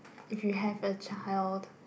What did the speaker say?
if you have a child